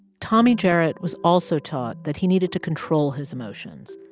tommy jarrett was also taught that he needed to control his emotions,